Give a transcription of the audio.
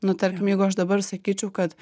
nu tarkim jeigu aš dabar sakyčiau kad